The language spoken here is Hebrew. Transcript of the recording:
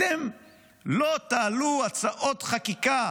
אתם לא תעלו הצעות חקיקה